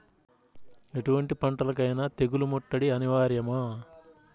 ఎటువంటి పంటలకైన తెగులు ముట్టడి అనివార్యమా?